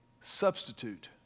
substitute